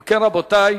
אם כן, רבותי,